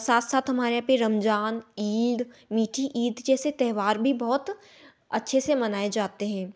साथ साथ हमारे यहाँ पर रमजान ईद मीठी ईद जैसे त्योहार भी बहुत अच्छे से मनाए जाते हें